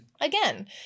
again